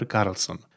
Carlson